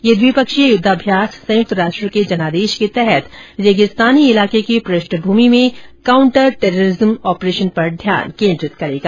यह द्विपक्षीय युद्धाभ्यास संयुक्त राष्ट्र के जनादेश के तहत रेगिस्तानी इलाके की पृष्ठभूमि में काउंटर टेररिज्म ऑपरेशन पर ध्यान केंद्रित करेगा